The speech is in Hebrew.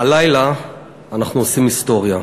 הלילה אנחנו עושים היסטוריה.